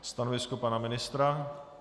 Stanovisko pana ministra?